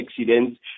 accidents